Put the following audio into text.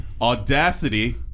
audacity